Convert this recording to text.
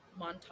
montage